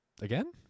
Again